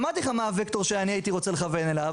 אמרתי לך מה הווקטור שאני הייתי רוצה לכוון אליו,